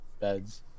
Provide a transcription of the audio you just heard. beds